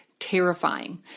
Terrifying